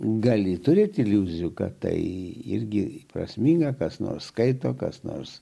gali turėti iliuzijų kad tai irgi prasminga kas nors skaito kas nors